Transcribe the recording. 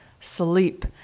sleep